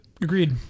agreed